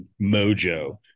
mojo